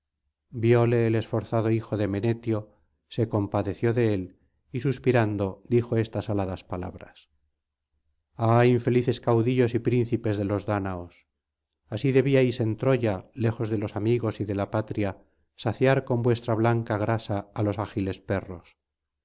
viole el esforzado hijo de menetio se compadeció de él y suspirando dijo estas aladas palabras ah infelices caudillos y príncipes de los dáñaos jasí debíais en troya lejos de los amigos y de la patria saciar con vuestra blanca grasa á los ágiles perros